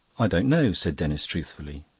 i don't know, said denis truthfully.